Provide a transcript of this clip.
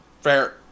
fair